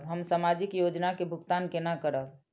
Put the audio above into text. हम सामाजिक योजना के भुगतान केना करब?